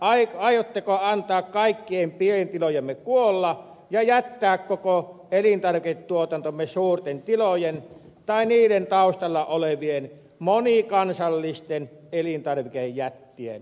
aiotteko antaa kaikkien pientilojemme kuolla ja jättää koko elintarviketuotantomme suurten tilojen tai niiden taustalla olevien monikansallisten elintarvikejättien varaan